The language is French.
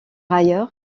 ailleurs